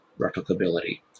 replicability